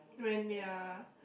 when they are